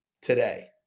today